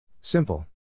Simple